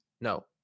no